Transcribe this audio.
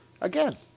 Again